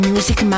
Music